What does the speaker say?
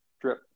drip